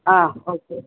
ஆ okay